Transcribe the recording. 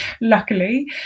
luckily